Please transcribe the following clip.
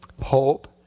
hope